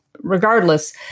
regardless